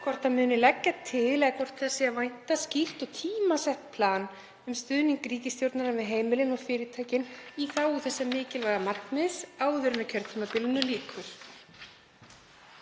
hvort hann muni leggja til eða hvort þess sé að vænta að fá skýrt og tímasett plan um stuðning ríkisstjórnarinnar við heimilin og fyrirtækin í þágu þessa mikilvæga markmiðs áður en kjörtímabilinu lýkur.